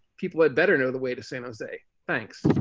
people but better know the way to san jose. thanks.